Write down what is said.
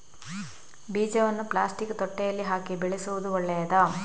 ಬೀಜವನ್ನು ಪ್ಲಾಸ್ಟಿಕ್ ತೊಟ್ಟೆಯಲ್ಲಿ ಹಾಕಿ ಬೆಳೆಸುವುದು ಒಳ್ಳೆಯದಾ?